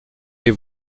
les